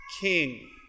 King